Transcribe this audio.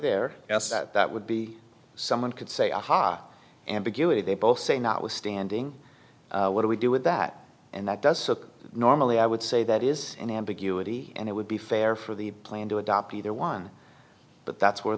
there yes that would be someone could say aha ambiguity they both say notwithstanding what do we do with that and that does so normally i would say that is an ambiguity and it would be fair for the plan to adopt either one but that's where